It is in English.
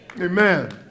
Amen